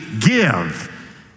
give